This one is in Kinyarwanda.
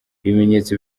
ibimenyetso